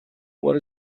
what